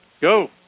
Go